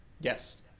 Yes